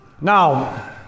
Now